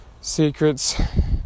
Secrets